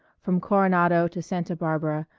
from coronado to santa barbara,